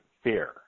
fear